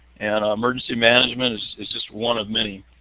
and emergency management is is just one of many.